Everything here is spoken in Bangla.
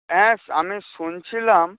হ্যাঁ আমি শুনছিলাম